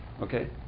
Okay